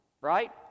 Right